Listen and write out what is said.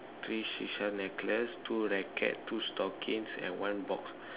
three seashell necklace two rackets two stockings and one box